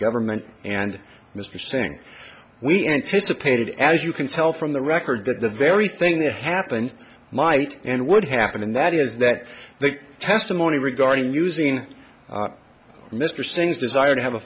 government and mr singh we anticipated as you can tell from the record that the very thing that happened might and what happened in that is that the testimony regarding using mr singh's desire to have a